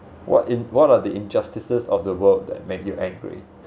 what in one of the injustices of the world that make you angry